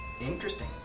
Interesting